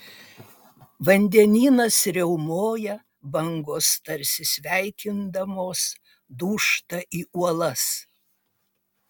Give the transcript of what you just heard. vandenynas riaumoja bangos tarsi sveikindamosi dūžta į uolas